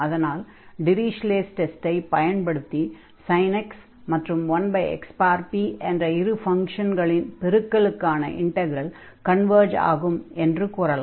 அதனால் டிரிஷ்லே"ஸ் டெஸ்டைப் Dirichlet's test பயன்படுத்தி sin x மற்றும் 1xp என்ற இரு ஃபங்ஷனின்களின் பெருக்கலுக்கான இன்டக்ரல் கன்வர்ஜ் ஆகும் என்று கூறலாம்